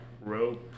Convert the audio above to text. rope